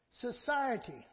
society